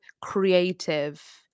creative